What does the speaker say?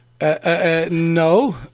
No